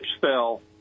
fell